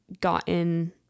gotten